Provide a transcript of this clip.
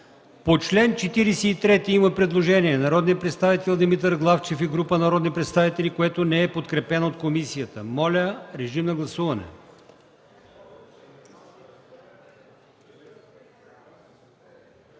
По чл. 48 има предложение на народния представител Менда Стоянова и група народни представители, което не е подкрепено от комисията. Моля, режим на гласуване.